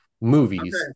movies